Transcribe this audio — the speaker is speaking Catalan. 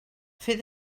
fer